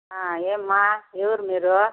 ఏమ్మా ఎవరు మీరు